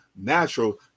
Natural